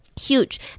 huge